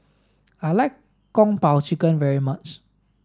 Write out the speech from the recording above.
I like Kung Po chicken very much